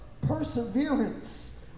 perseverance